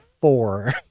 four